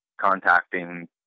contacting